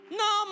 no